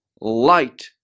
light